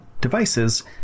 devices